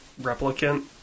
replicant